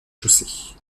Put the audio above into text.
chaussée